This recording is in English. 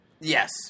Yes